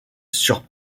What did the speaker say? sur